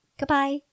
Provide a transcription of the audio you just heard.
Goodbye